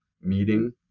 meeting